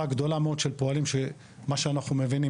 גדולה מאוד של פועלים שממה שאנחנו מבינים,